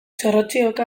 txorrotxioka